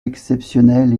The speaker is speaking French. exceptionnelle